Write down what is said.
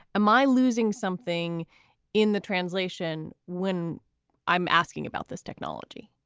am i losing something in the translation when i'm asking about this technology?